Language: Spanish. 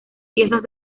piezas